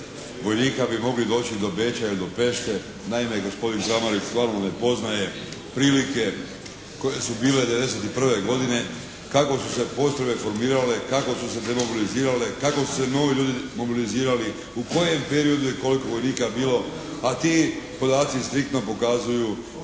vojnika bi mogli doći do Beča ili do Pešte. Naime, gospodin Kramarić stvarno ne poznaje prilike koje su bile '91. godine, kako su se postrojbe formirale, kako su se demobilizirale, kako su se novi ljudi mobilizirali, u kojem periodu i koliko vojnika je bilo. A ti podaci striktno pokazuju